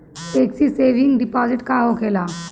Tax saving fix deposit का होखे ला?